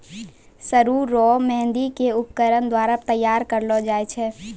सरु रो मेंहदी के उपकरण द्वारा तैयार करलो जाय छै